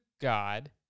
God